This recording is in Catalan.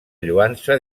lloança